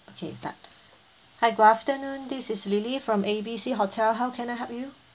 okay start hi good afternoon this is lily from A B C hotel how can I help you